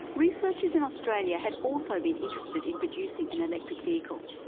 researchers in australia had also been interested in producing an electric vehicle,